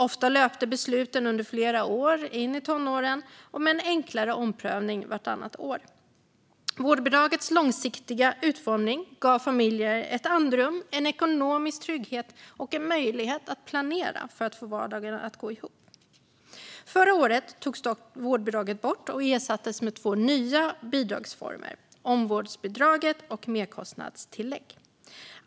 Ofta löpte besluten under flera år - in i tonåren - med en enklare omprövning vartannat år. Vårdbidragets långsiktiga utformning gav familjer ett andrum, en ekonomisk trygghet och en möjlighet att planera för att få vardagen att gå ihop. Förra året togs dock vårdbidraget bort och ersattes med två nya bidragsformer: omvårdnadsbidrag och merkostnadstillägg.